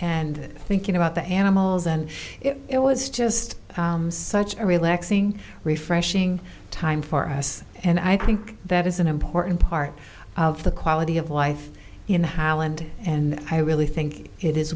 and thinking about the animals and it was just such a relaxing refreshing time for us and i think that is an important part of the quality of life in holland and i really think it is